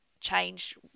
change